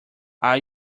are